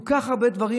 כל כך הרבה דברים,